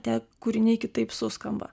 tie kūriniai kitaip suskamba